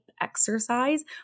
exercise